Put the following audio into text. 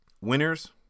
winners